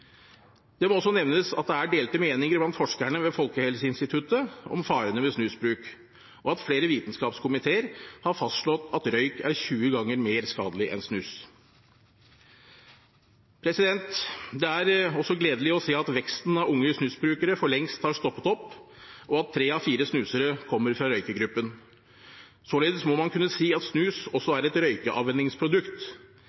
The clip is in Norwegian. Det må også nevnes at det er delte meninger blant forskerne ved Folkehelseinstituttet om farene ved snusbruk, og at flere vitenskapskomiteer har fastslått at røyk er 20 ganger mer skadelig enn snus. Det er også gledelig å se at veksten i antall unge snusbrukere for lengst har stoppet opp, og at tre av fire snusere kommer fra røykegruppen. Således må man kunne si at snus også